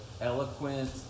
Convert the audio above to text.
eloquent